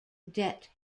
debt